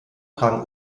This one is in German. tragen